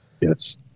Yes